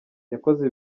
yakoze